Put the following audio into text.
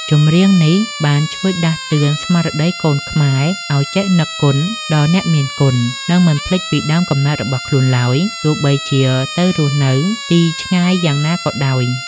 ចម្រៀងនេះ បានជួយដាស់តឿនស្មារតីកូនខ្មែរឱ្យចេះនឹកគុណដល់អ្នកមានគុណ និងមិនភ្លេចពីដើមកំណើតរបស់ខ្លួនឡើយ ទោះបីជាទៅរស់នៅទីឆ្ងាយយ៉ាងណាក៏ដោយ។